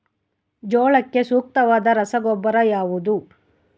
ಜೋಳಕ್ಕೆ ಸೂಕ್ತವಾದ ರಸಗೊಬ್ಬರ ಯಾವುದು?